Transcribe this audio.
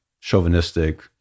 Chauvinistic